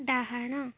ଡାହାଣ